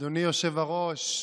אדוני היושב-ראש,